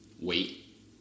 wait